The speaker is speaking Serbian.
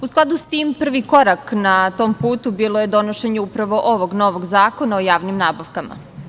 U skladu sa tim, prvi korak na tom putu bilo je donošenje upravo ovog novog zakona o javnim nabavkama.